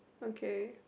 okay